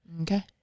okay